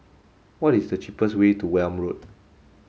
what is the cheapest way to Welm Road